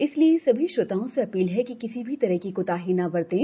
इसलिए सभी श्रोताओं से अपील है कि किसी भी तरह की कोताही न बरतें